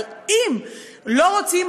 אבל אם לא רוצים,